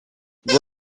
rome